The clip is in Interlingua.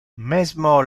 mesmo